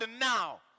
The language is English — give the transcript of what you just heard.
now